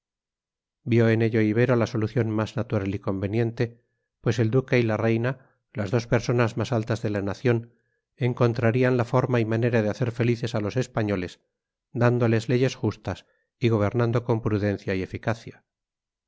ibero la solución más natural y conveniente pues el duque y la reina las dos personas más altas de la nación encontrarían la forma y manera de hacer felices a los españoles dándoles leyes justas y gobernando con prudencia y eficacia